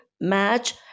match